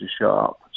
sharp